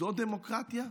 זו דמוקרטיה?